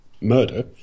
murder